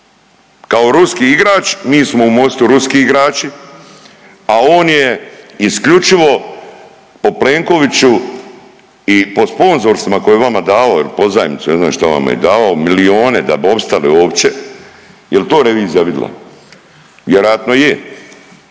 kao ruski igrač mi smo u MOST-u ruski igrači, a on je isključivo po Plenkoviću i po sponzorstvima koje je vama davao ili pozajmicu, ne zna šta vam je davao milijone da bi opstali uopće. Jel' to revizija vidla? Vjerojatno je.